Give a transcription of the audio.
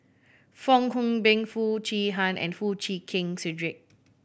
Fong Hoe Beng Foo Chee Han and Foo Chee Keng Cedric